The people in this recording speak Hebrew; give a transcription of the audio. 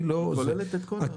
היא כוללת הכול.